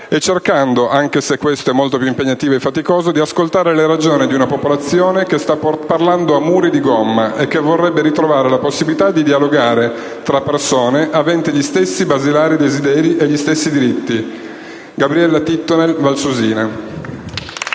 E cercando, anche se questo è molto più impegnativo e faticoso, di ascoltare le ragioni di una popolazione che sta parlando a muri di gomma e che vorrebbe ritrovare la possibilità di dialogare tra persone aventi gli stessi basilari desideri e gli stessi diritti. Gabriella Tittonel, valsusina».